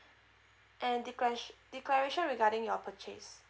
and the declar~ declaration regarding your purchase